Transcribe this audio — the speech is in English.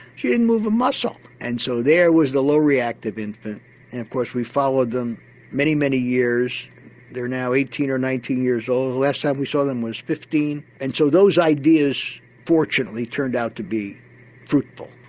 she didn't move a muscle. and so, there was the low reactive infant. and of course we followed them many, many years they are now eighteen or nineteen years old. the last time we saw them was fifteen, and so those ideas fortunately turned out to be fruitful.